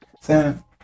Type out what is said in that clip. Sam